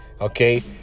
okay